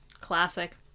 Classic